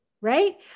Right